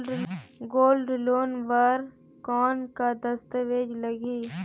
Gold loan बर कौन का दस्तावेज लगही?